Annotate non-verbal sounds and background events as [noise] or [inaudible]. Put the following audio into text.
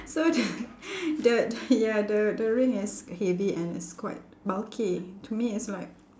so the [laughs] the the ya the the ring is heavy and it's quite bulky to me it's like